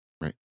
right